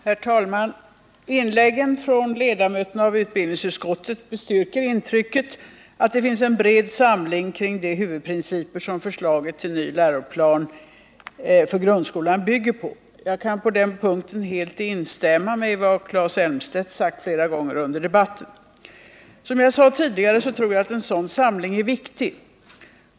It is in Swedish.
Herr talman! Inläggen från ledamöterna av utbildningsutskottet bestyrker intrycket att det finns en bred samling kring de huvudprinciper som förslaget till ny läroplan för grundskolan bygger på. Jag kan på den punkten helt instämma i vad Claes Elmstedt sagt flera gånger under debatten. Som jag sade tidigare tror jag att en sådan samling är viktig.